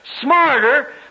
smarter